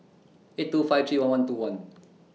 eight two five three one one two one